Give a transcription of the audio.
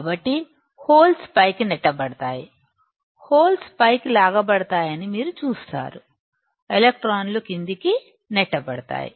కాబట్టి హోల్స్ పైకి నెట్టబడతాయి హోల్స్ పైకి లాగబడతాయని మీరు చూస్తారు ఎలక్ట్రాన్లు క్రిందికి నెట్టబడతాయి